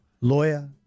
lawyer